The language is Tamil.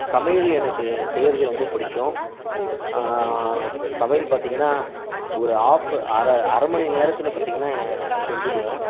சமையல் எனக்கு செய்கிறது ரொம்ப பிடிக்கும் சமையல் பார்த்தீங்கன்னா ஒரு ஹாஃப் அரை அரை மணி நேரத்தில் பார்த்தீங்கன்னா செஞ்சுடுவேன்